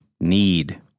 Need